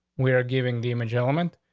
we are giving the image element.